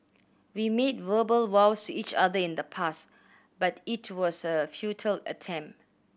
we made verbal vows each other in the past but it was a futile attempt